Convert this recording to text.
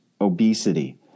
obesity